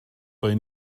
bei